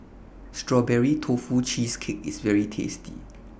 Strawberry Tofu Cheesecake IS very tasty